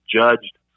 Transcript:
judged